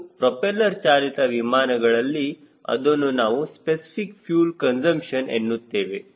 ಹಾಗೂ ಪ್ರೋಪೆಲ್ಲರ್ ಚಾಲಿತ ವಿಮಾನಗಳಲ್ಲಿ ಇದನ್ನು ನಾವು ಸ್ಪೆಸಿಫಿಕ್ ಫ್ಯೂಲ್ ಕನ್ಸುಂಪ್ಷನ್ ಎನ್ನುತ್ತೇವೆ